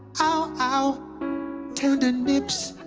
ow, ow tender nips